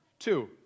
Two